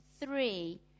three